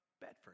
Bedford